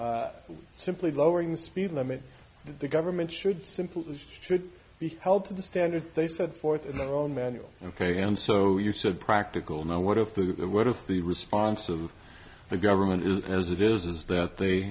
lowering the speed limit the government should simply should be held to the standards they set forth in their own manual ok and so you said practical now what if what if the response of the government is as it is is that they